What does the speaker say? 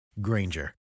Granger